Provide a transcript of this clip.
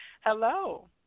Hello